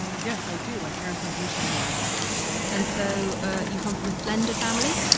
ah yes, i do. my parents are haitian-american and so ah you come from a slender family?